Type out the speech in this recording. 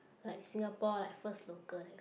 like Singapore like first local that kind